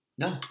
No